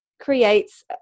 creates